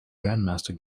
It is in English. grandmaster